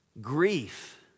Grief